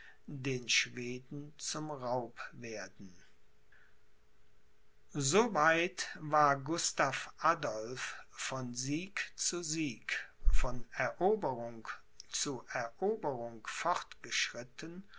den schweden zum raub werden so weit war gustav adolph von sieg zu sieg von eroberung zu eroberung